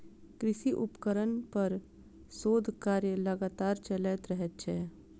कृषि उपकरण पर शोध कार्य लगातार चलैत रहैत छै